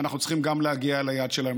ואנחנו צריכים להגיע גם ליד שלהם.